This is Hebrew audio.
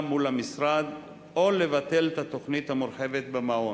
מול המשרד או לבטל את התוכנית המורחבת במעון.